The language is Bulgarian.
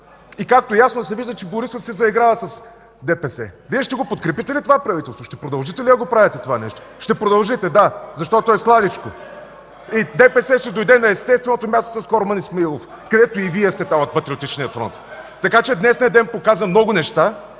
Както ясно се вижда, Борисов се заиграва с ДПС. Вие ще подкрепите ли това правителство? Ще продължите ли да правите това нещо? Ще продължите, да, защото е сладичко. (Реплики от ПФ.) ДПС си дойде на естественото място с Корман Исмаилов, където и Вие сте там – от Патриотичния фронт. Така че днешният ден показа много неща